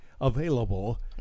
available